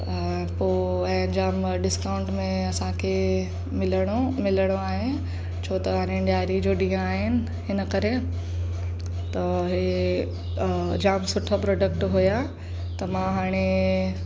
पोइ ऐं जामु डिस्काउंट में असांखे मिलणो मिलणो आहे छो त हाणे ॾियरी जो ॾींहुं आहिनि हिन करे त हे जामु सुठा प्रोडक्ट या त मां हाणे